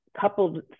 coupled